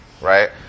right